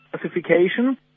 classification